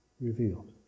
revealed